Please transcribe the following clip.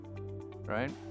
right